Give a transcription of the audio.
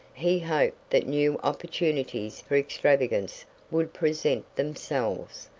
he hoped that new opportunities for extravagance would present themselves,